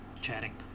chatting